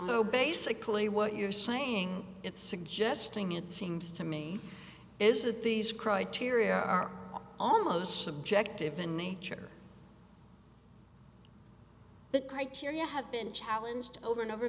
although basically what you're saying it's suggesting it seems to me is that these criteria are almost subjective in nature the criteria have been challenged over and over